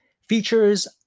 features